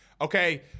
Okay